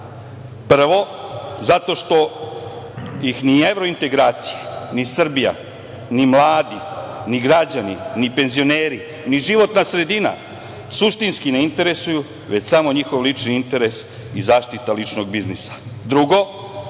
Prvo, zato što ih ni evrointegracije, ni Srbija, ni mladi, ni građani, ni penzioneri, ni životna sredina, suštinski, ne interesuju, već samo njihov lični interes i zaštita ličnog biznisa. Drugo,